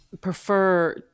prefer